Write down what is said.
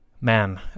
man